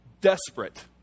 desperate